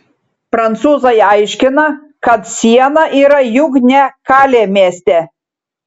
prancūzai aiškina kad siena yra juk ne kalė mieste